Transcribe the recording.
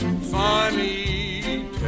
funny